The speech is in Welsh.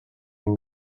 ein